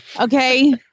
okay